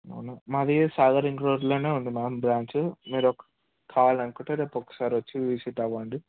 అవునా మాది సాగర్ రింగ్ రోడ్లో ఉంది మ్యామ్ బ్రాంచు మీరు కావాలి అనుకుంటే రేపు ఒకసారి వచ్చి విజిట్ అవ్వండి